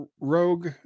rogue